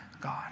God